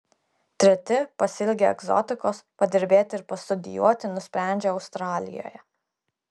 treti pasiilgę egzotikos padirbėti ir pastudijuoti nusprendžia australijoje